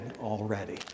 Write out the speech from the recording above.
already